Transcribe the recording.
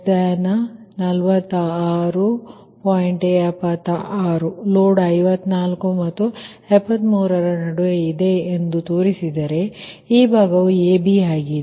76 load 54 ಮತ್ತು 73 ರ ನಡುವೆ ಇದೆ ಎಂದು ತೋರಿಸಿದರೆ ಈ ಭಾಗವು AB ಆಗಿದೆ